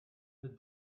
the